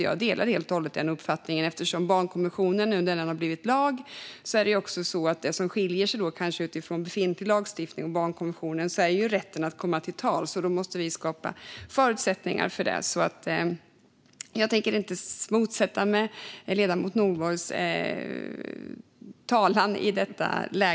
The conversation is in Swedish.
Jag delar nämligen din uppfattning helt och hållet. Barnkonventionen har ju nu blivit lag, och det som kanske skiljer befintlig lagstiftning från barnkonventionen är rätten att komma till tals. Då måste vi skapa förutsättningar för det. Jag tänker därför inte motsätta mig det ledamoten Nordborg säger om detta.